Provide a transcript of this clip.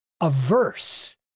averse